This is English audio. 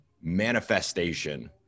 manifestation